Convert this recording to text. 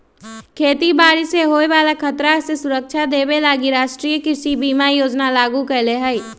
खेती बाड़ी से होय बला खतरा से सुरक्षा देबे लागी राष्ट्रीय कृषि बीमा योजना लागू कएले हइ